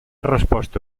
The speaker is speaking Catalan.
resposta